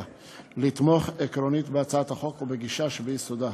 לתמוך עקרונית בהצעת החוק ובגישה שביסודה,